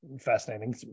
fascinating